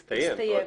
הסתיים.